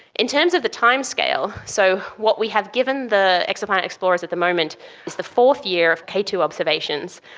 in terms of the timescale, so what we have given the exoplanet explorers at the moment is the fourth year of k two observations.